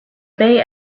bay